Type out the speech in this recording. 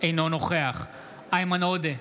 אינו נוכח איימן עודה,